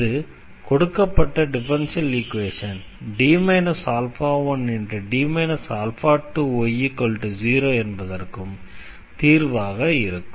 அது கொடுக்கப்பட்ட differential equation D α1D 2y0 என்பதற்கும் தீர்வாக இருக்கும்